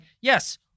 yes